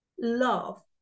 love